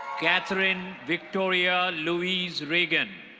katherine victoria louise reagan.